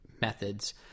methods